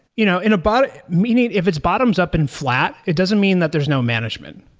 you know and but meaning, if it's bottoms up and flat, it doesn't mean that there's no management.